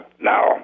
Now